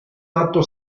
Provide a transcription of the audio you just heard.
atto